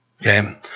okay